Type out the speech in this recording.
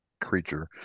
creature